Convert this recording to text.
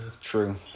True